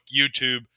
YouTube